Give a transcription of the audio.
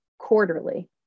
quarterly